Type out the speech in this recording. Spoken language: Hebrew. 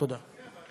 תודה.